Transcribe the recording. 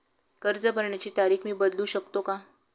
कर्ज भरण्याची तारीख मी बदलू शकतो का?